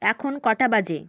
এখন কটা বাজে